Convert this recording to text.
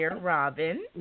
Robin